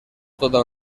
toda